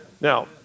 Now